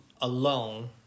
alone